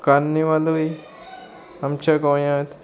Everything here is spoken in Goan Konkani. कार्निवालूय आमच्या गोंयांत